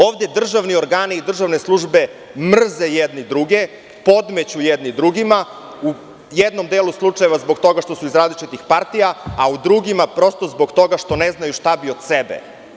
Ovde državni organi i državne službe mrze jedni druge, podmeću jedni drugima, u jednom deluj slučajeva zbog toga što su iz različitih partija, a u drugima prosto zbog toga što ne znaju šta bi od sebe.